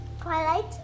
Twilight